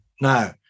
Now